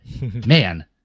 man